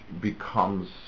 becomes